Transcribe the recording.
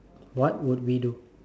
what would we do